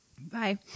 Bye